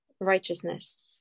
righteousness